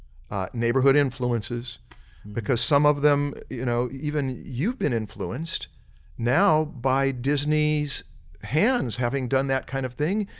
neighborhood influences because some of them you know, even you've been influenced now by disney's hands having done that kind of thing,